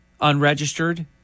unregistered